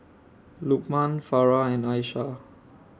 Lukman Farah and Aishah